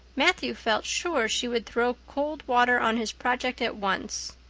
matthew felt sure she would throw cold water on his project at once.